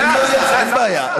אין בעיה.